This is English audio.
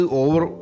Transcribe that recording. over